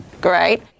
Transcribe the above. Great